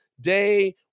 Day